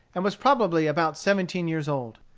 and was probably about seventeen years old.